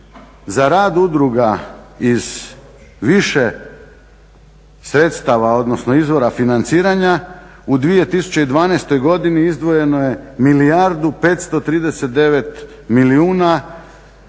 za rad udruga iz više sredstava, odnosno izvora financiranja u 2012. godini izdvojeno je milijardu 539 milijuna